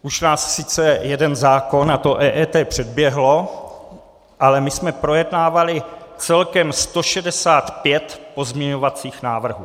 Už nás sice jeden zákon, a to EET, předběhl, ale my jsme projednávali celkem 165 pozměňovacích návrhů.